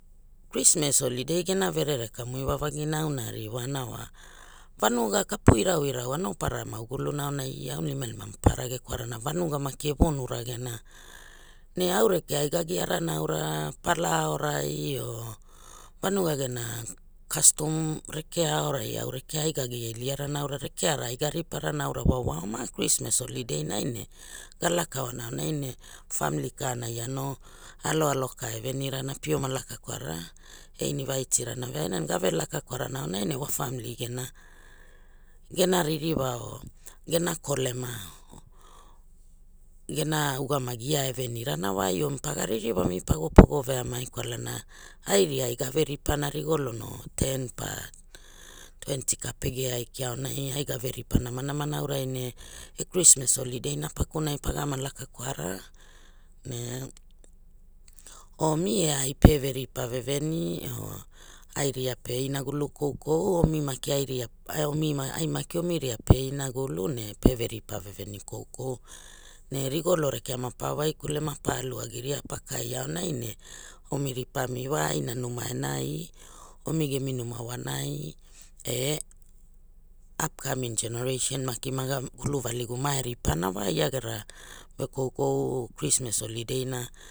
Krisma holiday gena verere kamu iwavagina auna a rriwana wa vanuga kapu iraurau anopara ma guluna aonai aunilimalima mapara gekwarana vanugai maki e vonu ragera ne au rekea ai ga gia rana aura pala aorai or vanuga gena custom reka aorai rekea ai ga gia iligarana aura rekeara aiga riparana aura wa wa oma krismas holiday nai ne ga laka oana aonai ne famili ka na la no aloaloaka e venirana pioma laka kwara e invaiti rana veaina ne gave laka kwarana aonai ne wa famili gena, gena ririwa or gena kolema or gena ugamagi ia e veniarana ai omi paga ririwamu pago pogo veamai kwalana ai ria gave ripana rigolo ne ten pa twenti ka pege aiki aonai ai gave ripa namanama aurai ne eh krismas holiday na pakunai pagama laka kwara ne omi e ai pe veripa veveni or ai ria pe inagulu koukou omi maki ai ria aiomi ai maki omi ria pe inagulu ne peveripa veveni koukou ne rigolo rekea ma paia waikule mapa alu agiria pakai aonai ne omi ripami wa aina numa enai omi gemi ruman wanai eh ap kamin genereisen maki maga gulu valigu mae ripana wa ia gera vekoukou krismas holiday na.